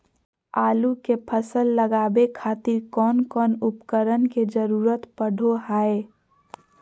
आलू के फसल लगावे खातिर कौन कौन उपकरण के जरूरत पढ़ो हाय?